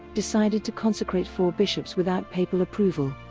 decided to consecrate four bishops without papal approval.